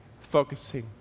focusing